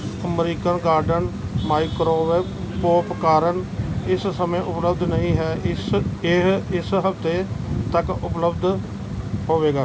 American Garden microwave popcorn ਇਸ ਸਮੇਂ ਉਪਲੱਬਧ ਨਹੀਂ ਹੈ ਇਸ ਇਹ ਇਸ ਹਫ਼ਤੇ ਤੱਕ ਉਪਲੱਬਧ ਹੋਵੇਗਾ